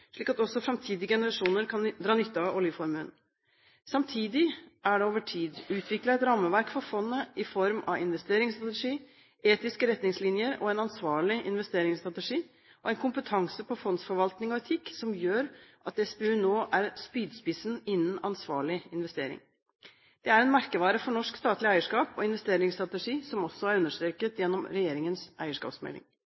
slik at også framtidige generasjoner kan dra nytte av oljeformuen. Samtidig er det over tid utviklet et rammeverk for fondet i form av investeringsstrategi, etiske retningslinjer og en ansvarlig investeringsstrategi, og en kompetanse på fondsforvaltning og etikk som gjør at SPU nå er «spydspissen innen ansvarlig investering». Det er en merkevare for norsk statlig eierskap og investeringsstrategi, som også er